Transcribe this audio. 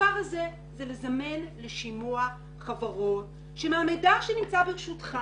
והדבר הזה זה לזמן לשימוע חברות שמהמידע שנמצא ברשותך